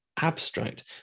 abstract